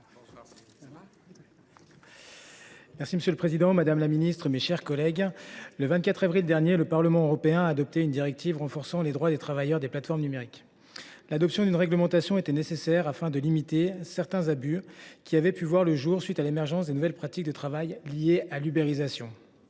Monsieur le président, madame la ministre, mes chers collègues, le 24 avril dernier, le Parlement européen a adopté une directive renforçant les droits de travailleurs des plateformes numériques. L’adoption d’une réglementation était nécessaire, afin de limiter certains abus qui avaient vu le jour à la suite de l’émergence des nouvelles pratiques de travail liées à l’ubérisation.